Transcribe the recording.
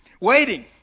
Waiting